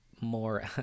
more